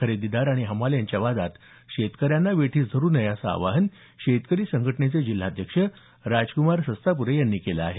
खरेदीदार आणि हमाल यांच्या वादात शेतकऱ्यांना वेठीस धरु नये असं आवाहन शेतकरी संघटनेचे जिल्हाध्यक्ष राजक्मार सस्तापुरे यांनी केलं आहे